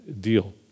deal